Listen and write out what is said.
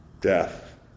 death